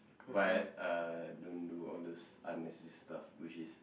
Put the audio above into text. but uh don't do all those unnecessary stuff which is